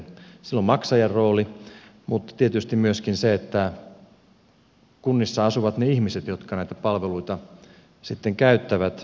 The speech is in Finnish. sillä on maksajan rooli mutta tietysti myöskin kunnissa asuvat ne ihmiset jotka näitä palveluita sitten käyttävät